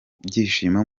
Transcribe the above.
byishimo